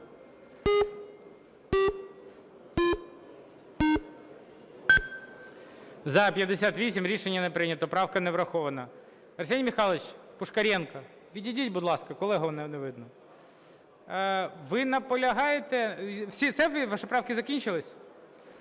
За-58 Рішення не прийнято. Правка не врахована.